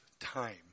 time